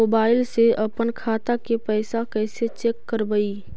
Mobile से अपन खाता के पैसा कैसे चेक करबई?